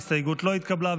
ההסתייגות לא התקבלה.